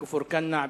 כפר-כנא,